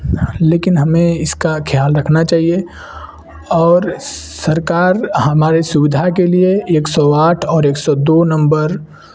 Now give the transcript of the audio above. लेकिन हमें इसका ख़्याल रखना चाहिए और सरकार हमारे सुविधा के लिए एक सौ आठ और एक सौ दो नंबर